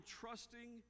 trusting